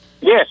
Yes